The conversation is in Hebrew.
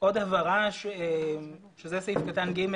עוד הבהרה סעיף קטן (ג)